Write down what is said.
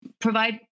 provide